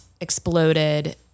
exploded